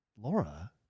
Laura